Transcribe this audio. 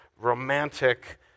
romantic